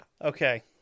Okay